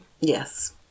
Yes